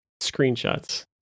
screenshots